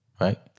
right